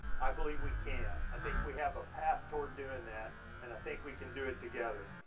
i believe we can. i think we have a path toward doing that and i think we can do it together.